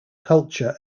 culture